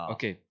Okay